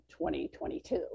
2022